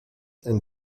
and